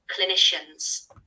clinicians